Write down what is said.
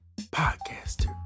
podcaster